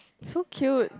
so cute